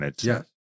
Yes